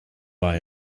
war